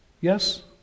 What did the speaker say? Yes